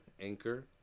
Anchor